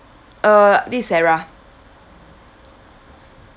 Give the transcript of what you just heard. uh this is sarah